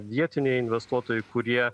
vietiniai investuotojai kurie